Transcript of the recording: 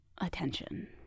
attention